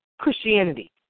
Christianity